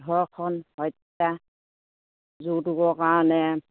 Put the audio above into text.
ধৰ্ষণ হত্যা যৌতুকৰ কাৰণে